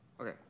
Okay